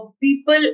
people